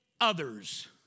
others